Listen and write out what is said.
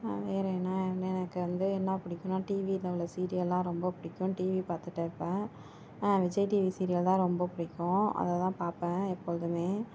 வேறு என்ன எனக்கு வந்து என்ன பிடிக்குன்னா டிவியில் உள்ள சீரியெல்லாம் ரொம்ப பிடிக்கும் டிவி பார்த்துட்டே இருப்பேன் விஜய் டிவி சீரியல் தான் ரொம்ப பிடிக்கும் அதை தான் பார்ப்பேன் எப்பொழுதுமே